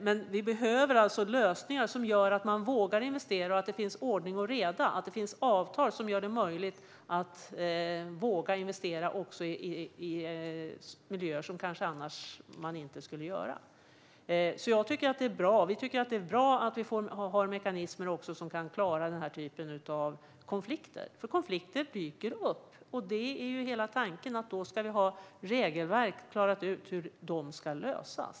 Men vi behöver lösningar som gör att man vågar investera - att det är ordning och reda och att det finns avtal som gör det möjligt att våga investera också i miljöer där man annars kanske inte skulle göra det. Vi tycker därför att det är bra att vi har mekanismer som kan klara denna typ av konflikter, eftersom konflikter dyker upp. Tanken är att vi då ska ha regelverk för hur dessa konflikter ska lösas.